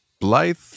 Blythe